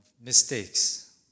mistakes